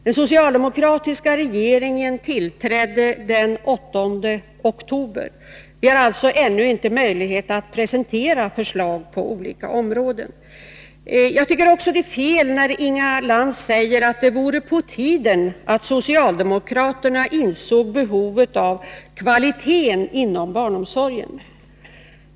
Den socialdemokratiska regeringen tillträdde den 8 oktober. Vi har ännu inte möjlighet att presentera förslag på olika områden. Jag tycker också att det är fel när Inga Lantz säger att det vore på tiden att socialdemokraterna insåg behovet av kvalitet inom barnomsorgen.